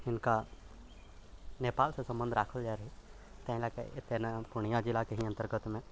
हिनका नेपालसँ सम्बन्ध राखल जाइ रहै ताहि लए कऽ एतऽ ने पूर्णिया जिलाके ही अन्तर्गतमे